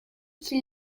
qui